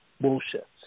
bullshit